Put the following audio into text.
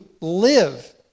live